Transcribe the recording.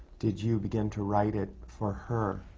did you begin to write it for her?